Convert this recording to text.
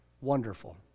wonderful